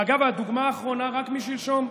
ואגב, הדוגמה האחרונה רק משלשום: